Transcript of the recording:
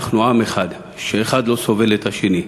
אנחנו עם אחד, שאחד לא סובל את השני.